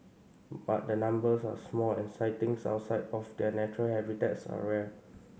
but the numbers are small and sightings outside of their natural habitats are rare